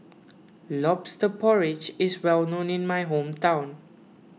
Lobster Porridge is well known in my hometown